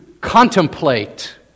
contemplate